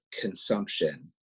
consumption